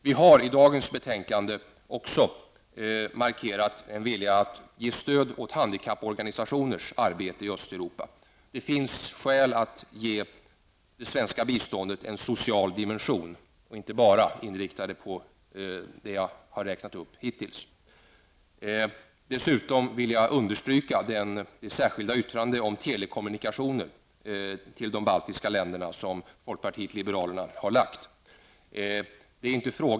Vi har också i det aktuella betänkandet uttryckt en vilja att ge stöd åt handikapporganisationers arbete i Östeuropa. Det finns skäl att ge det svenska biståndet en social dimension, och inte bara inrikta det på sådant som jag hittills har räknat upp. Jag vill dessutom fästa uppmärksamheten på det särskilda yttrande om telekommunikationer med de baltiska länderna, som folkpartiet liberalerna har avgett.